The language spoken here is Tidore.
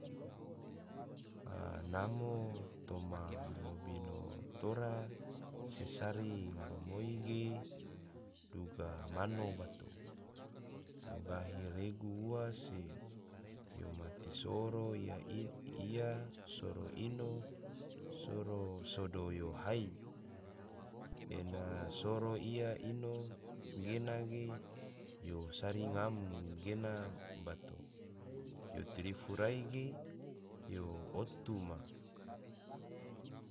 A namo toma lobino tora se sari garamoi ge, duga mano bato, yo gahi regu ua se, yo ma ti soro ia soro ino soro sodo yo hai, ena soro ia ino gena gena ge, yo sari ngam gena bato, yo trifu rai ge, yo otu ma